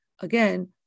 again